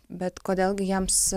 bet kodėl gi jiems